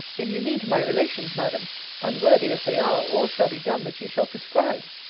if you mean to my relations, madam unworthy as they are, all shall be done that you shall prescribe.